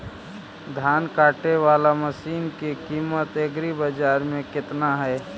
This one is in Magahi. धान काटे बाला मशिन के किमत एग्रीबाजार मे कितना है?